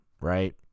right